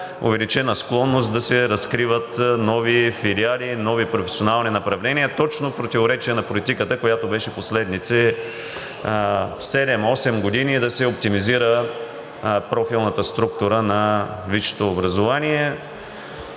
увеличена склонност да се разкриват нови филиали и нови професионални направления точно в противоречие на политиката, която беше в последните 7 – 8 години, да се оптимизира профилната структура на висшето образование.